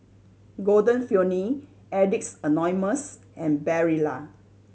Golden Peony Addicts Anonymous and Barilla